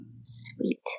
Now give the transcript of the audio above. Sweet